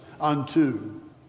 Unto